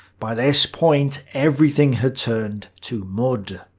by this point, everything had turned to mud.